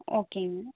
ஓகேங்க